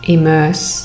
Immerse